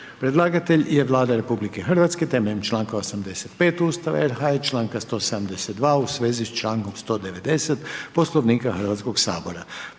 Predlagatelj je Vlada Republike Hrvatske temeljem članka 85. Ustava RH i članka 172. u svezi s člankom 190. Poslovnika Hrvatskog sabora.